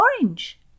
orange